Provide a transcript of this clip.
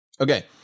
Okay